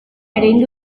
erein